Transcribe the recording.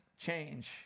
change